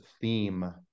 theme